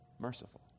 Merciful